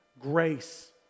grace